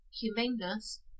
humaneness